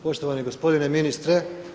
Poštovani gospodine ministre.